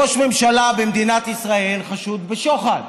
ראש ממשלה במדינת ישראל חשוד בשוחד,